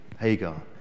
Hagar